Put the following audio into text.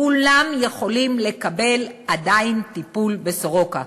כולם יכולים לקבל עדיין טיפול בסורוקה.